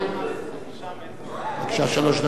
בבקשה, שלוש דקות.